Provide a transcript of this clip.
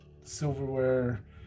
silverware